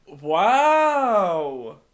Wow